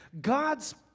God's